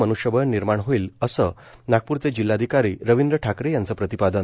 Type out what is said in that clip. मन्ष्यबळ निर्माण होईल असं नागपूरचे जिल्हाधिकारी रविंद्र ठाकरे यांचं प्रतिपादन